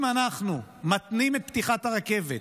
אם אנחנו מתנים את פתיחת הרכבת